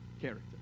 character